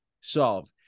solve